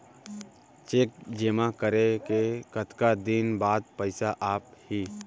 Cheque जेमा करें के कतका दिन बाद पइसा आप ही?